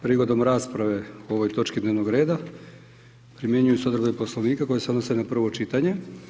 Prigodom rasprave o ovoj točki dnevnog reda primjenjuju se odredbe Poslovnika koje se odnose na prvo čitanje.